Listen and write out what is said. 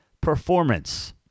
performance